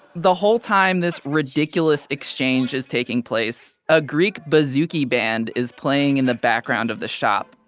the whole time this ridiculous exchange is taking place. a greek bouzouki band is playing in the background of the shop.